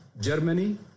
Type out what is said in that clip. Germany